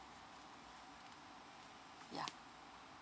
yeah